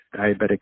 diabetic